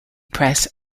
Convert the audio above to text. press